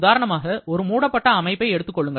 உதாரணமாக ஒரு மூடப்பட்ட அமைப்பை எடுத்துக் கொள்ளுங்கள்